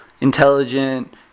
intelligent